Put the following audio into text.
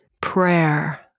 prayer